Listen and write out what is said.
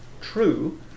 True